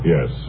Yes